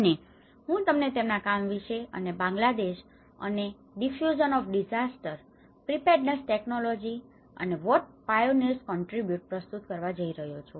અને હું તમને તેમના કામ વિશે અને બાંગ્લાદેશ અને diffusion of disaster preparedness technology અને વોટ પાયોનિયર્સ કન્ટ્રીબ્યુટ પ્રસ્તુત કરવા જઈ રહ્યો છું